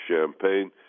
champagne